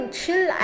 chill